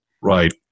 Right